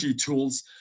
tools